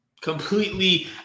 completely